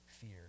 fear